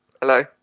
hello